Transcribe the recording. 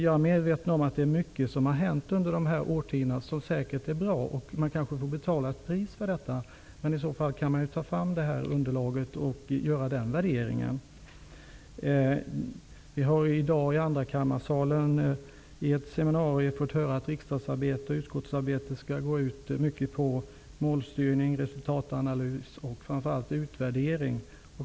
Jag är medveten om att mycket har hänt under årtiondena som säkert är bra, och man kanske får betala ett pris för detta. I så fall kan man ta fram underlaget och göra en värdering. Vi har i dag i andrakammarsalen vid ett seminarium fått höra att riksdags och utskottsarbetet i mycket skall gå ut på målstyrning, resultatanalys och framför allt utvärdering.